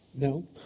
No